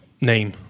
name